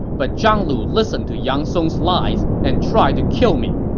but zhang lu listened to yang song's lies and tried to kill me.